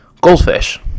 goldfish